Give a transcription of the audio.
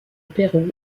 pérou